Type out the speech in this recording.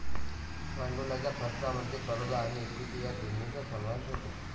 भांडवलाच्या खर्चामध्ये कर्ज आणि इक्विटी या दोन्हींचा समावेश होतो